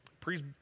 Please